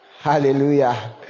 Hallelujah